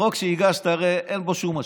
החוק שהגשת, אין בו שום משמעות.